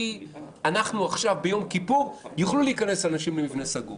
כי ביום כיפור יוכלו להיכנס אנשים למבנה סגור.